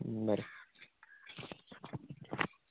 बरें